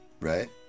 Right